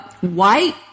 white